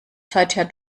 seither